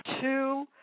two